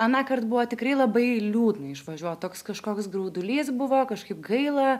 anąkart buvo tikrai labai liūdna išvažiuot toks kažkoks graudulys buvo kažkaip gaila